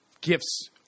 gifts –